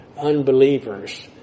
unbelievers